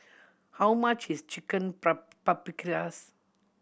how much is Chicken Paprikas